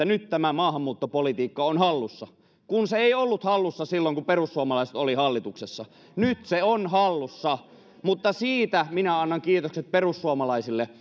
nyt maahanmuuttopolitiikka on hallussa kun se ei ollut hallussa silloin kun perussuomalaiset olivat hallituksessa nyt se on hallussa mutta siitä minä annan kiitokset perussuomalaisille